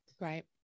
Right